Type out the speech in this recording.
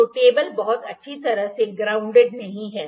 तो टेबल बहुत अच्छी तरह से ग्राउंडेड नहीं है